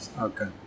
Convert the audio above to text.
Okay